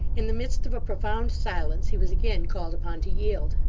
in the midst of a profound silence, he was again called upon to yield.